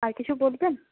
আর কিছু বলবেন